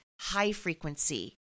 high-frequency